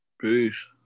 Peace